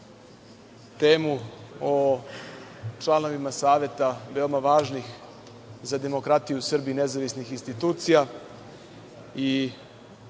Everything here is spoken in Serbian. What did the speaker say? temu o članovima saveta, veoma važnih za demokratiju u Srbiji nezavisnih institucija